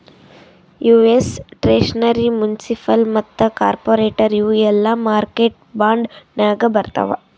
US treasury, municipal ಮತ್ತ corporate ಇವು ಎಲ್ಲಾ ಮಾರ್ಕೆಟ್ ಬಾಂಡ್ ನಾಗೆ ಬರ್ತಾವ್